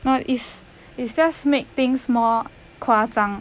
no is is just make things more 夸张